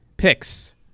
picks